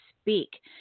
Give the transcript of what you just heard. speak